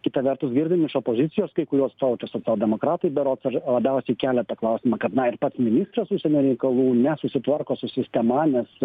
kita vertus girdim iš opozicijos kai kurių atstovų tai socialdemokratai berods ar labiausiai kelia tą klausimą kad na ir pats ministras užsienio reikalų nesusitvarko su sistema nes